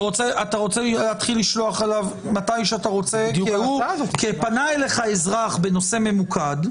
שתעשה הבחנה בין שלושה סוגים של החלטות.